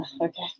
Okay